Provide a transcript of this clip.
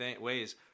ways